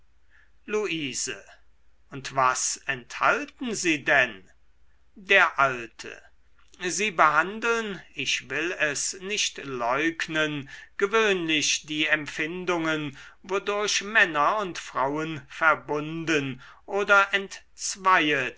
luise und was enthalten sie denn der alte sie behandeln ich will es nicht leugnen gewöhnlich die empfindungen wodurch männer und frauen verbunden oder entzweiet